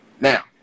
Now